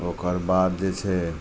ओकरबाद जे छै